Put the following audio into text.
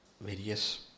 various